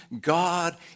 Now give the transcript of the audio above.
God